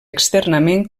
externament